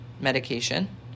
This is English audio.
medication